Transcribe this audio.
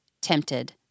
tempted